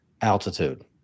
altitude